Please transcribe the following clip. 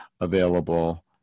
available